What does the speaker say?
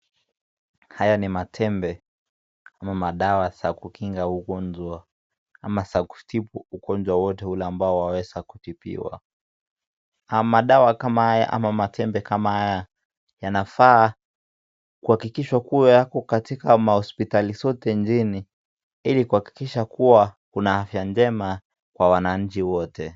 Haya ni matembe ama dawa za kukinga magonjwa ama za kutibq ugonjwa wowote ule unaea kutibiwa. Matembe kama haya ama madawa kama haya yanafaa kuakikishwa kuwa Iko kwa hospitali zote hili kuwa una afya njema kwa wananchi wote.